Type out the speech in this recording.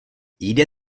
jde